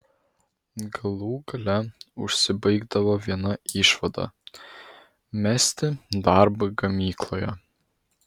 galų gale užsibaigdavo viena išvada mesti darbą gamykloje